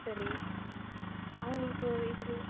சரி அவங்களுக்கு இதில்